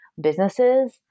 businesses